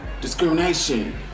discrimination